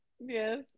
Yes